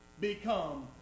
become